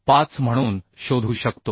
95 म्हणून शोधू शकतो